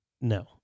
no